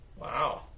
Wow